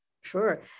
sure